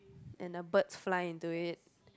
and the birds fly into it